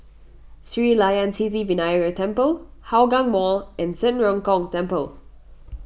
Sri Layan Sithi Vinayagar Temple Hougang Mall and Zhen Ren Gong Temple